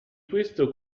questo